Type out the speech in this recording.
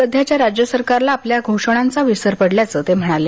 सध्याच्या राज्य सरकारला आपल्या घोषणांचा विसर पडल्याचं ते म्हणाले